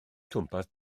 twmpath